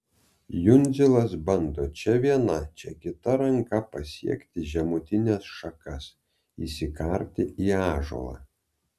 jundzilas bando čia viena čia kita ranka pasiekti žemutines šakas įsikarti į ąžuolą